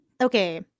okay